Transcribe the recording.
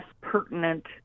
pertinent